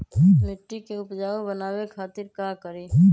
मिट्टी के उपजाऊ बनावे खातिर का करी?